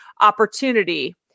opportunity